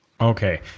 Okay